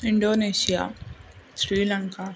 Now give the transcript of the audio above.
Indonesia Sri Lanka